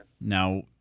Now